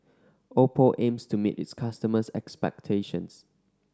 oppo aims to meet its customers' expectations